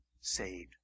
saved